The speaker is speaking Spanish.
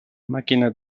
máquinas